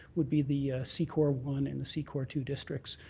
would be the c-core one and the c-core two districts.